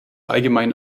allgemeinen